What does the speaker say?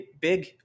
big